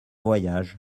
voyage